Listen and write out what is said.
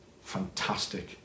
fantastic